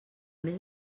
més